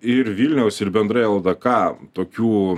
ir vilniaus ir bendrai ldk tokių